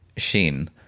machine